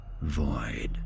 void